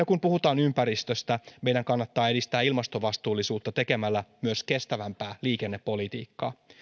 kun puhutaan ympäristöstä meidän kannattaa edistää ilmastovastuullisuutta tekemällä myös kestävämpää liikennepolitiikkaa